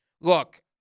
Look